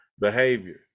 behavior